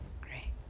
Great